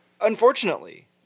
Unfortunately